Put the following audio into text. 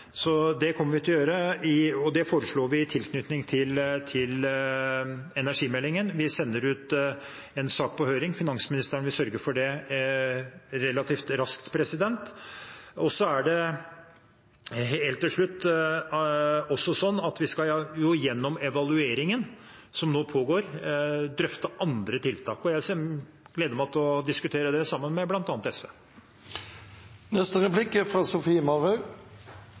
Så det kommer vi til å gjøre, og det foreslår vi i tilknytning til energimeldingen. Vi sender ut en sak på høring. Finansministeren vil sørge for det relativt raskt. Helt til slutt: Vi skal gjennom evalueringen som nå pågår, også drøfte andre tiltak, og jeg gleder meg til å diskutere dem sammen med